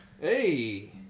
Hey